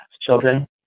children